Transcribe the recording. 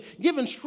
giving